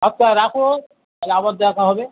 আচ্ছা রাখো তাহলে আবার দেখা হবে